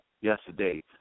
yesterday